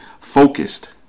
focused